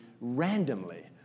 randomly